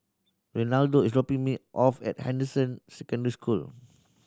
Reinaldo is dropping me off at Anderson Secondary School